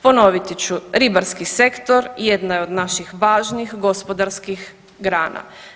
Ponoviti ću ribarski sektor jedna je od naših važnih gospodarskih grana.